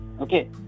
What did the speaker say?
Okay